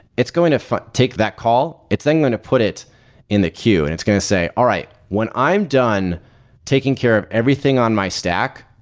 it's going to take that call, it's then going to put it in the queue and it's going to say, all right, when i'm done taking care of everything on my stack,